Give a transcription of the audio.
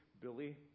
Billy